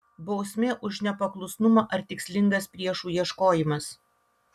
bausmė už nepaklusnumą ar tikslingas priešų ieškojimas